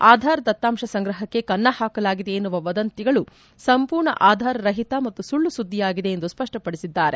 ಆಧಾರ್ ದತ್ತಾಂಶ ಸಂಗ್ರಹಕ್ಕೆ ಕನ್ನ ಹಾಕಲಾಗಿದೆ ಎನ್ನುವ ವದಂತಿಗಳು ಸಂಪೂರ್ಣ ಆಧಾರರಹಿತ ಮತ್ತು ಸುಳ್ಳು ಸುದ್ದಿಯಾಗಿದೆ ಎಂದು ಸ್ವಷ್ಷಪಡಿಸಿದ್ದಾರೆ